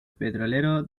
petrolero